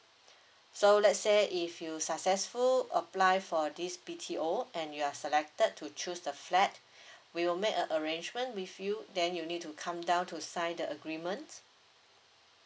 so let's say if you successful apply for this B_T_O and you are selected to choose the flat we will make a arrangement with you then you need to come down to sign the agreement